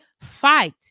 fight